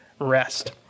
rest